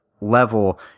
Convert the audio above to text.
level